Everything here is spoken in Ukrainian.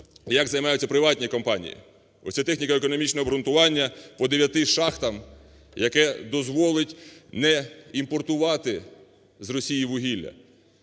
як займаються приватні компанії. Оце техніко-економічне обґрунтування по 9 шахтам, яке дозволить не імпортувати з Росії вугілля.